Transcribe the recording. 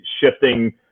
shifting